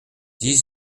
dix